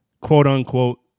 quote-unquote